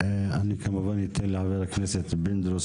אני כמובן אאפשר לחבר הכנסת פינדרוס